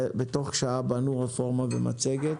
בתוך שעה בנו רפורמה ומצגת.